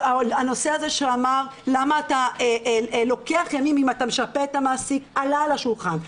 הנושא הזה של למה אתה לוקח ימים אם אתה משפה את המעסיק עלה על השולחן,